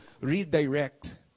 redirect